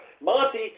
Monty